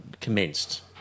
commenced